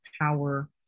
power